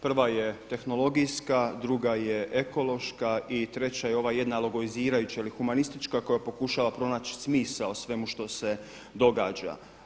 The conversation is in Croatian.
Prva je tehnologijska, druga je ekološka i treća je ova jedna logoizirajuća ili humanistička koja pokušava pronaći smisao o svemu što se događa.